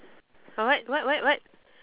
ah what what what what